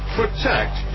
protect